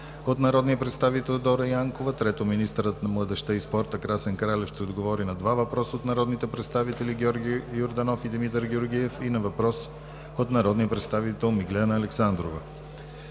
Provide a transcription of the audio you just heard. от народния представител Дора Янкова. 3. Министърът на младежта и спорта Красен Кралев ще отговори на два въпроса от народните представители Георги Йорданов и Димитър Георгиев; и на въпрос от народния представител Миглена Александрова.